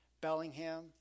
Bellingham